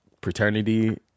Paternity